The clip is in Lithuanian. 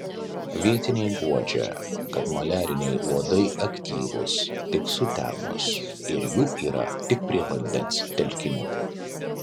vietiniai guodžia kad maliariniai uodai aktyvūs tik sutemus ir jų yra tik prie vandens telkinių